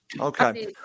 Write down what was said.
okay